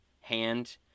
hand